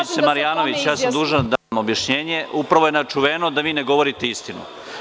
Pa, gospođice Marjanović ja sam dužan da vam dam objašnjenje, upravo je nečuveno da vi ne govorite istinu.